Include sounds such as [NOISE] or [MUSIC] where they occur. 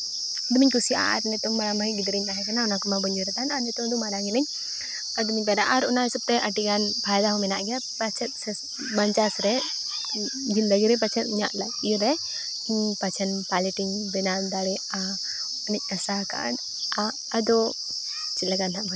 ᱫᱚᱢᱮᱧ ᱠᱩᱥᱤᱭᱟᱜᱼᱟ ᱟᱨ ᱱᱤᱛᱚᱝ ᱢᱟ ᱢᱟᱹᱭ ᱜᱤᱫᱽᱨᱟᱹᱧ ᱛᱟᱦᱮᱸ ᱠᱟᱱᱟ ᱚᱱᱟ ᱠᱚᱢᱟ ᱵᱟᱹᱧ ᱩᱭᱦᱟᱹᱨᱮᱫ ᱛᱟᱦᱮᱱ ᱟᱨ ᱱᱤᱛᱚᱜ ᱫᱚ ᱢᱟᱨᱟᱝ ᱤᱱᱟᱹᱧ ᱫᱚ ᱢᱤᱫ ᱵᱟᱨᱭᱟ ᱚᱱᱟ ᱦᱤᱥᱟᱹᱵ ᱛᱮ ᱟᱹᱰᱤᱜᱟᱱ ᱯᱟᱭᱨᱟ ᱦᱚᱸ ᱢᱮᱱᱟᱜ ᱜᱮᱭᱟ ᱯᱟᱪᱮᱫ ᱯᱚᱧᱪᱟᱥ ᱨᱮ [UNINTELLIGIBLE] ᱤᱧᱟᱹᱜ ᱤᱭᱟᱹᱨᱮ ᱤᱧ ᱯᱟᱪᱮᱫ ᱯᱟᱭᱞᱚᱴ ᱤᱧ ᱵᱮᱱᱣ ᱫᱟᱲᱮᱭᱟᱜᱼᱟ ᱩᱱᱟᱹᱜ ᱤᱧ ᱟᱥᱟᱣ ᱟᱠᱟᱫᱼᱟ ᱟᱫᱚ ᱪᱮᱫ ᱞᱮᱠᱟ ᱦᱟᱸᱜ